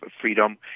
freedom